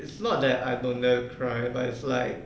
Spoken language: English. it's not that I don't like dare to cry but it's like